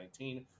2019